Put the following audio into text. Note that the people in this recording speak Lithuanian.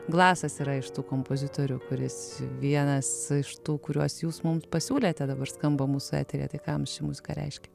glasas yra iš tų kompozitorių kuris vienas iš tų kuriuos jūs mums pasiūlėte dabar skamba mūsų eteryje tai ką jums ši muzika reiškia